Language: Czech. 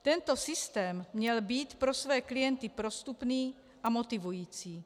Tento systém měl být pro své klienty prostupný a motivující.